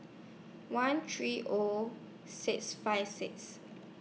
one three O six five six